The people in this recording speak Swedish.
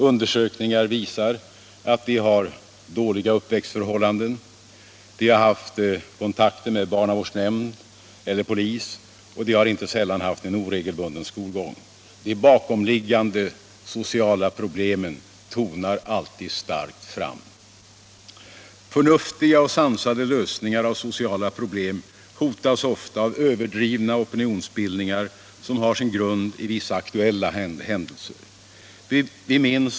Undersökningar visar att de har dåliga uppväxtförhållanden, de har haft kontakter med barnavårdsnämnd eller polis, och de har inte sällan haft en oregelbunden skolgång. De bakomliggande sociala problemen tonar alltid starkt fram. Förnuftiga och sansade lösningar av sociala problem hotas ofta av överdrivna opinionsbildningar, som har sin grund i vissa aktuella händelser.